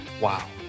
Wow